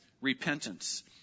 repentance